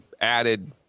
added